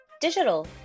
Digital